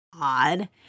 odd